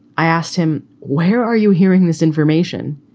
i asked him, where are you hearing this information?